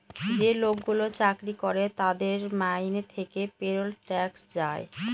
যে লোকগুলো চাকরি করে তাদের মাইনে থেকে পেরোল ট্যাক্স যায়